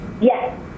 Yes